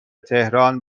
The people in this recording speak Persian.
تهران